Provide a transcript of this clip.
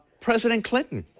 president clinton,